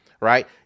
right